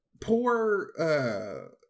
poor